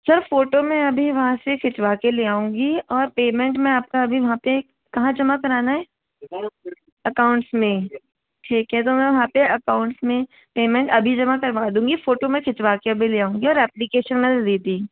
sir photo में अभी वहाँ से खिंचवा के ले आऊँगी और पेमेंट मैं आपके अभी वहाँ पे कहाँ जमा कराना है अकाउंटस में ठीक है तो मैं वहाँ पे अकाउंट में पेमेंट अभी जमा करवा दूँगी फोटो में खिंचवा के अभी ले आऊँगी और ऐप्लकैशन मैंने दे दी है